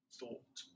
thought